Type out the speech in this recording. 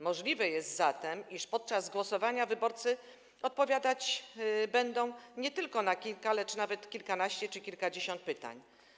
Możliwe jest zatem, iż podczas głosowania wyborcy odpowiadać będą nie na kilka, lecz nawet na kilkanaście czy kilkadziesiąt pytań.